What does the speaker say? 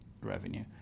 revenue